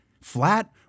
Flat